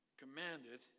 commanded